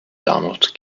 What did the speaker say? donald